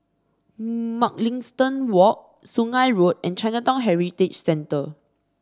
Mugliston Walk Sungei Road and Chinatown Heritage Centre